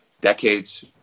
decades